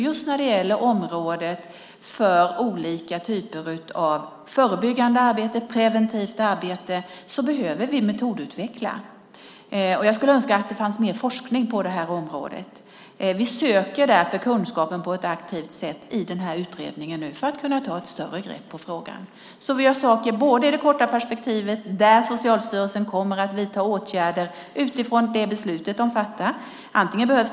Just när det gäller området för olika typer av förebyggande arbete, preventivt arbete, behöver vi metodutveckla. Jag önskar att det fanns mer forskning på området. Vi söker därför kunskapen på ett aktivt sätt i utredningen för att kunna ta ett större grepp på frågan. Vi gör saker i det korta perspektivet där Socialstyrelsen kommer att vidta åtgärder med utgångspunkt i det beslut man kommer att fatta.